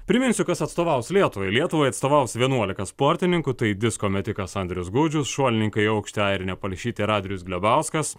priminsiu kas atstovaus lietuvai lietuvai atstovaus vienuolika sportininkų tai disko metikas andrius gudžius šuolininkė į aukštį airinė palšytė ir adrijus glebauskas